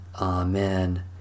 Amen